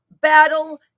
battle